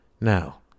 Now